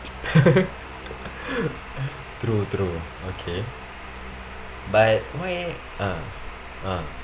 true true okay but why ah ah